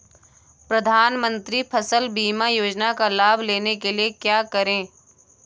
प्रधानमंत्री फसल बीमा योजना का लाभ लेने के लिए क्या करें?